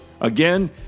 Again